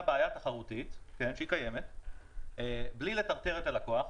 בעיה תחרותית שקיימת בלי לטרטר את הלקוח,